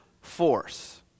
force